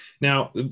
Now